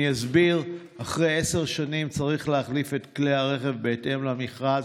אני אסביר: אחרי עשר שנים צריך להחליף את כלי הרכב בהתאם למכרז.